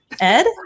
Ed